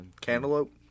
Cantaloupe